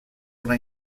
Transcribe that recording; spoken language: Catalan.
una